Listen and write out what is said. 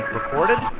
Recorded